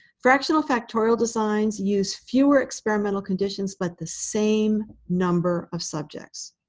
fractional factorial designs use fewer experimental conditions but the same number of subjects,